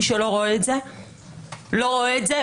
מי שלא רואה את זה הוא עיוור.